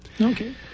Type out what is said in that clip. Okay